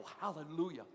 hallelujah